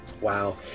Wow